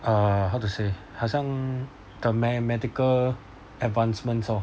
err how to say 好像 the me~ medical advancements lor